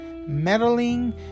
meddling